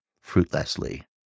fruitlessly